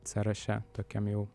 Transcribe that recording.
sąraše tokiam jau